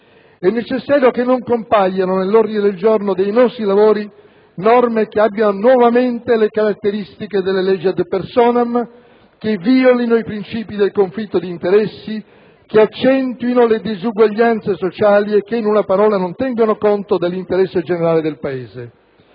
È necessario che non compaiano nell'ordine del giorno dei nostri lavori norme che abbiano nuovamente le caratteristiche delle leggi *ad* *personam*, che violino i princìpi del conflitto di interessi, che accentuino le disuguaglianze sociali e che, in una parola, non tengano conto dell'interesse generale del Paese.